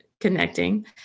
connecting